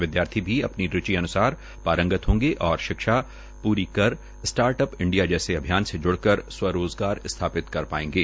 विदयार्थी भी अपनी रूचि अन्सार पारंगत होगें और शिक्षा प्री कर स्टार्ट अप इंडिया जैसे अभियान से जुडक़र स्वरोजगार स्थापित कर पाएंगे